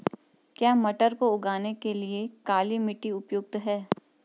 क्या मटर को उगाने के लिए काली मिट्टी उपयुक्त है?